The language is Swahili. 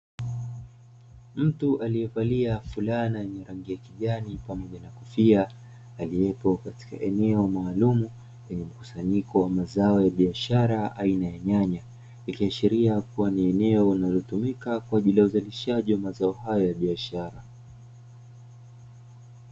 Mtu alievalia fulana yenye rangi ya kijani pamoja na kofia, aliyepo katika eneo maalumu lenye mkusanyiko wa mazao ya biashara aina ya nyanya, ikiashiria kuwa ni eneo linalotumika kwa ajili ya uzalishaji wa mazao hayo ya biashara.